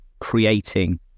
creating